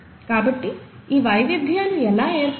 కాబట్టి ఈ వైవిధ్యాలు ఎలా ఏర్పడతాయి